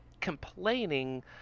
complaining